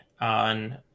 on